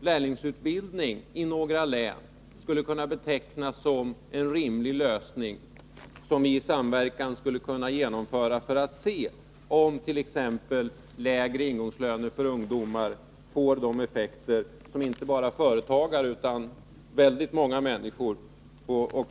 lärlingsutbildning i några län skulle kunna betecknas som en rimlig lösning för att se om t.ex. lägre ingångslöner för ungdomar får de effekter som inte bara företagare utan väldigt många människor tror.